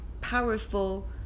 Powerful